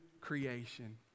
creation